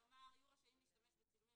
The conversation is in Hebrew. לומר: "יהיו רשאים להשתמש בצילומים